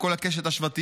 מכל קשת השבטים,